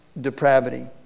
depravity